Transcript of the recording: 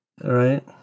Right